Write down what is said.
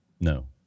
No